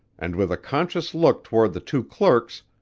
and with a conscious look toward the two clerks,